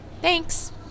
Thanks